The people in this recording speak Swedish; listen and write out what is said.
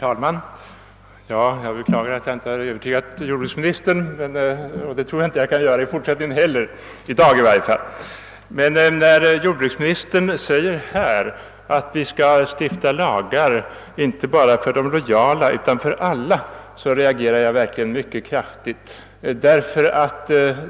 Herr talman! Jag beklagar att jag inte lyckats övertyga jordbruksministern, och det tror jag inte att jag kan göra i fortsättningen heller — i varje fall inte i dag. Men när jordbruksministern säger att vi skall stifta lagar inte bara för de lojala, utan för alla de andra, reagerar jag verkligen mycket kraftigt.